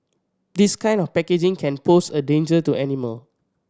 this kind of packaging can pose a danger to animal